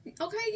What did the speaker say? Okay